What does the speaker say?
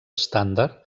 estàndard